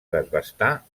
desbastar